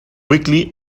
weekly